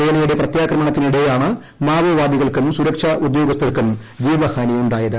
സേനയുടെ പ്രത്യാക്രമണത്തിനിടെയാണ് മാവോവാദികൾക്കും സുരക്ഷാ ഉദ്യോഗസ്ഥർക്കും ജീവഹാനി ഉണ്ടായത്